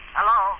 Hello